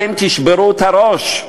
אתם תשברו את הראש,